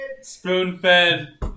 spoon-fed